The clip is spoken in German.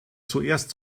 zuerst